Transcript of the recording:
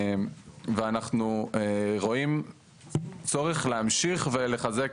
אנחנו רואים צורך להמשיך ולחזק.